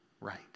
right